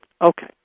Okay